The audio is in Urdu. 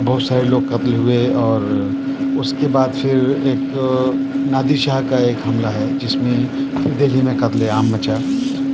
بہت سارے لوگ قتل ہوئے اور اس کے بعد پھر ایک نادر شاہ کا ایک حملہ ہے جس میں دہلی میں قتل عام مچا